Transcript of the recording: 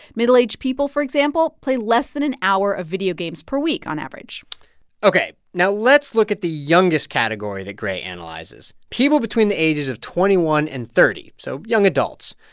middle-aged people, for example, play less than an hour of video games per week on average ok. now, let's look at the youngest category that gray analyzes people between the ages of twenty one and thirty, so young adults.